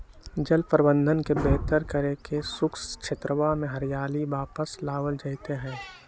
जल प्रबंधन के बेहतर करके शुष्क क्षेत्रवा में हरियाली वापस लावल जयते हई